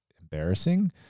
embarrassing